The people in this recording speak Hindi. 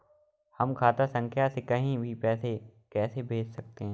हम खाता संख्या से कहीं भी पैसे कैसे भेज सकते हैं?